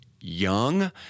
young